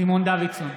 סימון דוידסון,